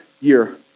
year